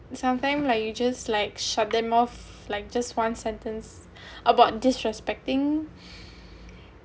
sometime like you just like shut them off like just one sentence about disrespecting